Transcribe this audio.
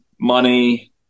money